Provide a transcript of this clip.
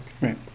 Right